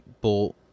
bought